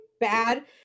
bad